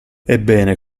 ebbene